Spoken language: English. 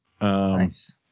Nice